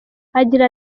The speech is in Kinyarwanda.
agira